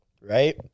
Right